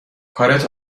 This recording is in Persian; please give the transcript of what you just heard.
کارت